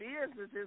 businesses